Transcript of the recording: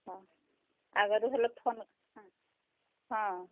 ହଁ ଆଗରୁ ହେଲ ଫୋନ୍ ହଁ ହଁ